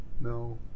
No